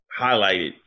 highlighted